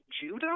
Judah